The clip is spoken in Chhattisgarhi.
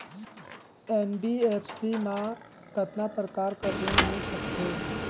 एन.बी.एफ.सी मा कतना प्रकार कर ऋण मिल सकथे?